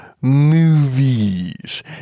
Movies